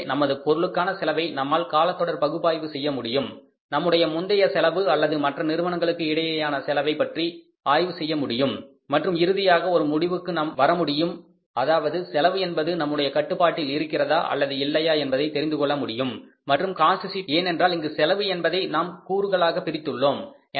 எனவே நமது பொருளுக்கான செலவை நம்மால் காலத்தொடர் பகுப்பாய்வு செய்ய முடியும் நம்முடைய முந்தைய செலவு அல்லது மற்ற நிறுவனத்துக்கு இடையேயான செலவைப் பற்றி ஆய்வு செய்ய முடியும் மற்றும் இறுதியாக ஒரு முடிவுக்கு நம்மால் வரமுடியும் அதாவது செலவு என்பது நம்முடைய கட்டுப்பாட்டில் இருக்கிறதா அல்லது இல்லையா என்பதை தெரிந்துகொள்ள முடியும் மற்றும் காஸ்ட் ஷீட் ஏனென்றால் இங்கு செலவு என்பதை நான்கு கூறுகளாகப் பிரித்துள்ளோம்